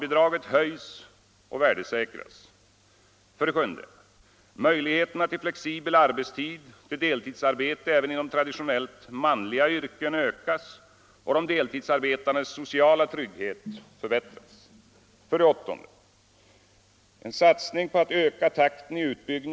7. Möjligheterna till flexibel arbetstid och till deltidsarbete även inom traditionellt manliga yrken ökas och de deltidsarbetandes sociala trygghet förbättras. 8.